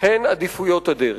הוא עדיפויות הדרך.